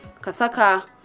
Kasaka